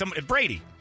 Brady